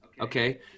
Okay